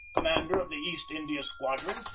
commander of the east india squadron,